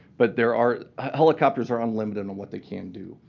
but there are helicopters are unlimited on what they can do.